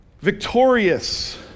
victorious